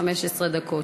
15 דקות.